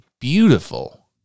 beautiful